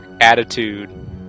attitude